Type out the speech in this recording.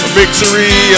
victory